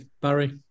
Barry